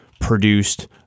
produced